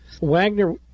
Wagner